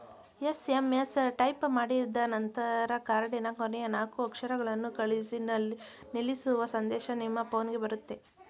SMS type ಮಾಡಿದನಂತರ ಕಾರ್ಡಿನ ಕೊನೆಯ ನಾಲ್ಕು ಅಕ್ಷರಗಳನ್ನು ಕಳಿಸಿ ನಿಲ್ಲಿಸುವ ಸಂದೇಶ ನಿಮ್ಮ ಫೋನ್ಗೆ ಬರುತ್ತೆ